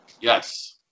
Yes